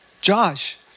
Josh